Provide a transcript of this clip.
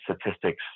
statistics